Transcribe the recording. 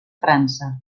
frança